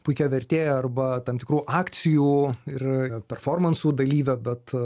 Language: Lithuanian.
puikią vertėją arba tam tikrų akcijų ir performansų dalyvę bet